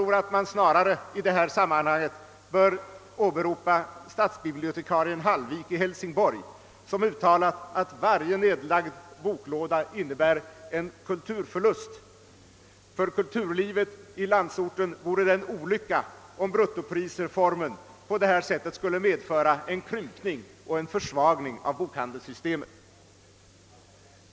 Men enligt min mening bör man i detta sammanhang snarare åberopa stadsbibliotekarien Bengt Hallvik i Hälsingborg som uttalat att varje nedlagd boklåda innebär en kulturförlust och att det för kulturlivet i landsorten vore en olycka, om bruttoprisreformen på detta sätt skulle medföra en krympning och en försvagning av bokhandelssystemet.